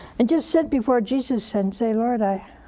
and just sit before jesus and say, lord i